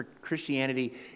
Christianity